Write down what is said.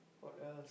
what else